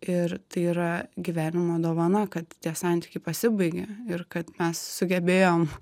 ir tai yra gyvenimo dovana kad tie santykiai pasibaigė ir kad mes sugebėjom